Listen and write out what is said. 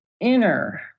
inner